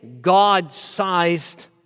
God-sized